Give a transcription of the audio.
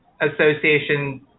Association